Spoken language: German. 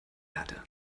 erde